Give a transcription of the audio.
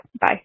bye